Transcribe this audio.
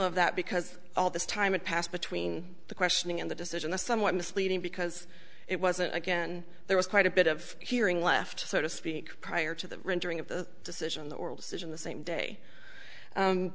of that because all this time it passed between the questioning and the decision a somewhat misleading because it wasn't again there was quite a bit of hearing left so to speak prior to the rendering of the decision or decision the same day